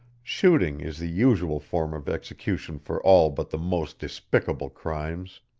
shooting is the usual form of execution for all but the most despicable crimes.